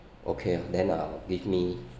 okay ah then uh give me